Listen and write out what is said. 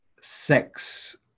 sex